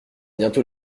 bientôt